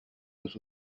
los